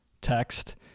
text